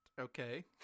Okay